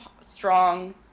strong